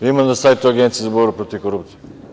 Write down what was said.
Ima na sajtu Agencije za borbu protiv korupcije.